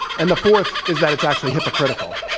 and the fourth is that it's actually hypocritical.